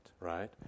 right